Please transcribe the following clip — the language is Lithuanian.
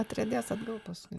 atriedės atgal paskui